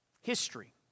history